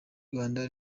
rwanda